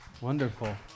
Wonderful